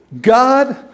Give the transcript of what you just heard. God